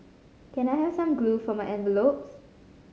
can I have some glue for my envelopes